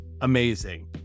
amazing